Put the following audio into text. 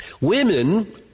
Women